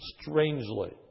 strangely